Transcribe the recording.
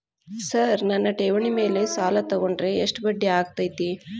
Sir ನನ್ನ ಠೇವಣಿ ಮೇಲೆ ಸಾಲ ತಗೊಂಡ್ರೆ ಎಷ್ಟು ಬಡ್ಡಿ ಆಗತೈತ್ರಿ?